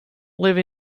live